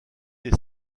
des